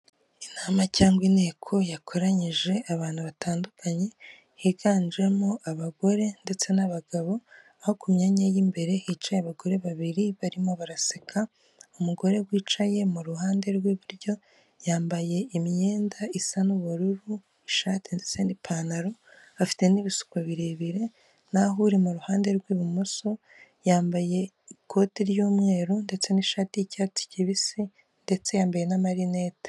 Inama cyangwa inteko yakoranyije abantu batandukanye higanjemo abagore ndetse n'abagabo, aho ku myanya y'imbere hicaye abagore babiri barimo baraseka, umugore wicaye mu ruhande rw'iburyo yambaye imyenda isa n'ubururu ishati ndetse n'ipantaro afite n'ibisuko birebire, naho uri mu ruhande rw'ibumoso yambaye ikote ry'umweru ndetse n'ishati y'icyatsi kibisi ndetse yambaye n'amarinete.